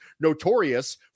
notorious